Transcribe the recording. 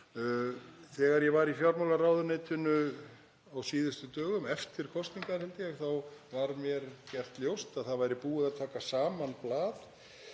Þegar ég var í fjármálaráðuneytinu á síðustu dögum, eftir kosningar held ég, þá var mér gert ljóst að það væri búið að taka saman blað